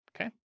okay